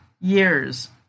years